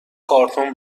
کارتون